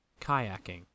Kayaking